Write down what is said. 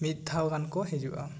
ᱢᱤᱫ ᱫᱷᱟᱣ ᱜᱟᱱ ᱠᱚ ᱦᱤᱡᱩᱜ ᱟ